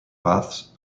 paths